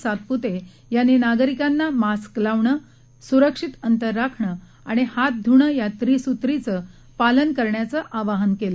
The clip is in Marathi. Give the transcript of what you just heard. सातपुते यांनी नागरिकांनामास्क लावणं सुरक्षित अंतर राखण आणि हात धुणं या त्रिसूत्रीचं पालन करण्याचं आवाहन केलं